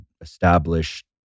established